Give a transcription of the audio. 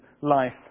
life